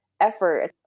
effort